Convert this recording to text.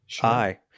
Hi